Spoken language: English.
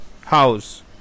house